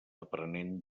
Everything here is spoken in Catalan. aprenent